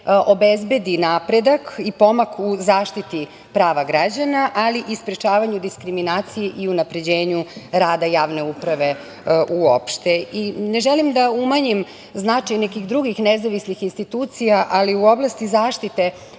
obezbedi napredak i pomak u zaštiti prava građana, ali i sprečavanju diskriminacije i unapređenju rada javne uprave uopšte. Ne želim da umanjim značaj nekih drugih nezavisnih institucija, ali u oblasti zaštite